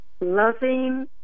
loving